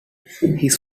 his